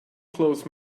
close